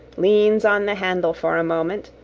leans on the handle for a moment,